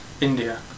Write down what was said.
India